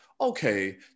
okay